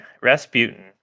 Rasputin